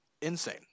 Insane